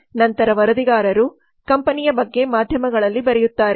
ನಂತರ ವರದಿಗಾರರು ಕಂಪನಿಯ ಬಗ್ಗೆ ಮಾಧ್ಯಮಗಳಲ್ಲಿ ಬರೆಯುತ್ತಾರೆ